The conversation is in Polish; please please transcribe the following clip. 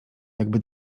jakby